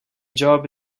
job